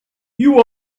you